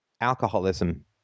alcoholism